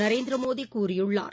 நரேந்திர மோடி கூறியுள்ளார்